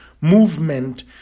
movement